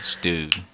Dude